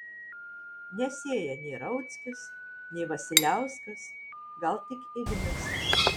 nesėja nei rauckis nei vasiliauskas gal tik ignas